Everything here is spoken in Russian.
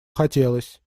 хотелось